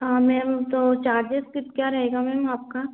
हाँ मेम तो चार्जिस कित क्या रहेगा मेम आपका